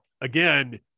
again